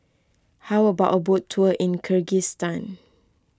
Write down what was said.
how about a boat tour in Kyrgyzstan